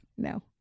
No